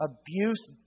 Abuse